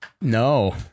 No